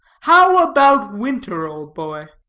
how about winter, old boy?